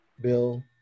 Bill